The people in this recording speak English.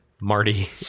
Marty